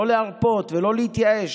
לא להרפות ולא להתייאש